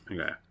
Okay